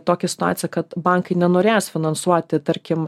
tokią situaciją kad bankai nenorės finansuoti tarkim